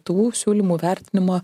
tų siūlymų vertinimą